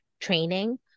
training